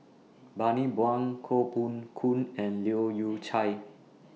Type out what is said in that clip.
Bani Buang Koh Poh Koon and Leu Yew Chye